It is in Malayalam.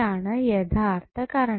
ആണ് യഥാർത്ഥ കറണ്ട്